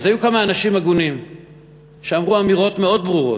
אז היו כמה אנשים הגונים שאמרו אמירות מאוד ברורות.